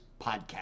podcast